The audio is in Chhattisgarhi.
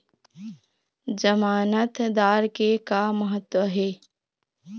जमानतदार के का महत्व हे?